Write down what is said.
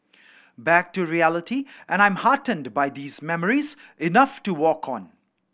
back to reality and I'm heartened by these memories enough to walk on